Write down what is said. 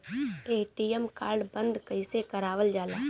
ATM card बन्द कईसे करावल जाला?